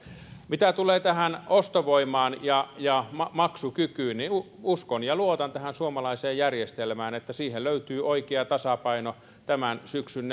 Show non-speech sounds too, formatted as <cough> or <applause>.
mitä tulee tähän ostovoimaan ja ja maksukykyyn niin uskon ja luotan tähän suomalaiseen järjestelmään että siihen löytyy oikea tasapaino tämän syksyn <unintelligible>